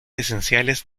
esenciales